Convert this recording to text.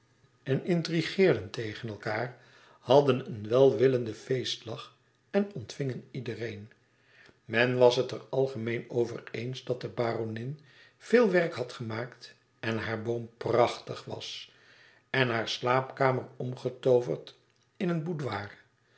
en intrigeerden tegen elkaâr hadden een welwillenden feestlach en ontvingen iedereen men was het er algemeen over eens dat de baronin veel werk had gemaakt en haar boom prachtig was en haar slaapkamer aardig omgetooverd in een